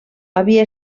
havia